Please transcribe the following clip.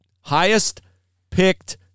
Highest-picked